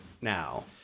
now